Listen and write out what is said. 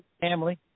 family